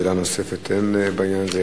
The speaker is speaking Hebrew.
שאלה נוספת אין בעניין הזה,